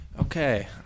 okay